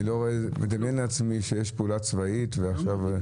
אני לא מדמיין לעצמי שיש פעולה צבאית עכשיו.